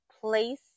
place